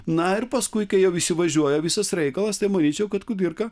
na ir paskui kai jau įsivažiuoja visas reikalas tai manyčiau kad kudirka